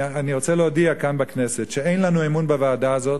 ואני רוצה להודיע כאן בכנסת שאין לנו אמון בוועדה הזאת,